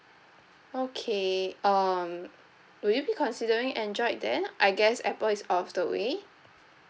okay um would you be considering android then I guess Apple is out of the way